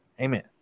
Amen